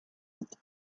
out